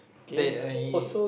bed uh